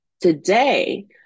Today